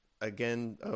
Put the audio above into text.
again